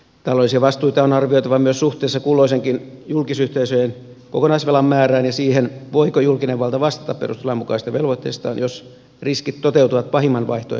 taloudellisia vastuita on arvioitava myös suhteessa kulloiseenkin julkisyhteisöjen kokonaisvelan määrään ja siihen voiko julkinen valta vastata perustuslain mukaisista velvoitteistaan jos riskit toteutuvat pahimman vaihtoehdon mukaisina